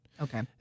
Okay